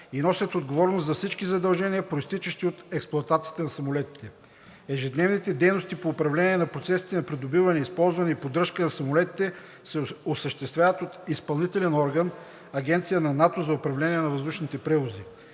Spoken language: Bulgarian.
и носят отговорност за всички задължения, произтичащи от експлоатацията на самолетите. Ежедневните дейности по управление на процесите на придобиване, използване и поддръжка на самолетите се осъществяват от изпълнителен орган – Агенция на НАТО за управление на въздушните превози.